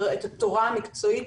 את התורה המקצועית